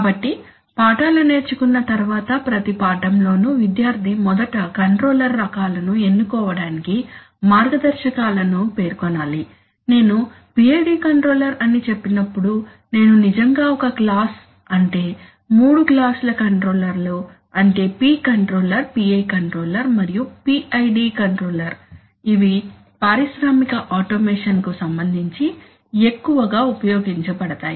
కాబట్టి పాఠాలు నేర్చుకున్న తర్వాత ప్రతి పాఠంలోనూ విద్యార్థి మొదట కంట్రోలర్ రకాలను ఎన్నుకోవటానికి మార్గదర్శకాలను పేర్కొనాలి నేను PID కంట్రోలర్ అని చెప్పినప్పుడు నేను నిజంగా ఒక క్లాస్ అంటే మూడు క్లాస్ ల కంట్రోలర్లు అంటే P కంట్రోల్ PI కంట్రోల్ మరియు PID కంట్రోల్ ఇవి పారిశ్రామిక ఆటోమేషన్ కు సంబంధించి ఎక్కువగా ఉపయోగించబడతాయి